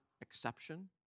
exception